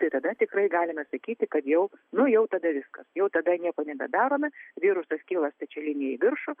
tai tada tikrai galime sakyti kad jau nu jau tada viskas jau tada nieko nebedarome virusas kyla stačia linija į viršų